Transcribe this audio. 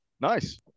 Nice